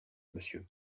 monsieur